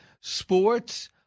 Sports